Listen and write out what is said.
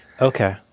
Okay